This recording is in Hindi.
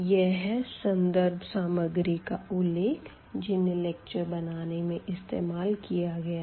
यह संदर्भ सामग्री का उल्लेख है जिन्हें लेक्चर बनाने में इस्तेमाल किया गया है